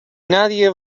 nadie